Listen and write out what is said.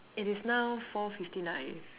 it is now four fifty nine